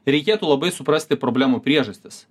reikėtų labai suprasti problemų priežastis